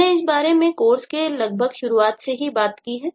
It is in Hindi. हमने इस बारे में कोर्स के लगभग शुरुआत से ही बात की है